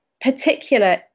particular